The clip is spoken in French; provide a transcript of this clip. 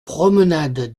promenade